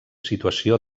situació